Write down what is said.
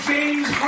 James